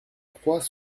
croix